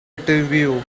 interview